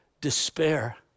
despair